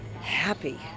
happy